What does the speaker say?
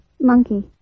Monkey